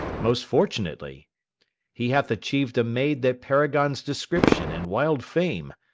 most fortunately he hath achiev'd a maid that paragons description and wild fame,